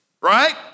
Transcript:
right